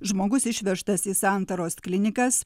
žmogus išvežtas į santaros klinikas